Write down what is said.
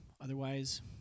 otherwise